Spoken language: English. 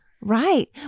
right